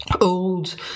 old